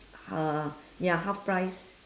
uh ya half price